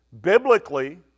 Biblically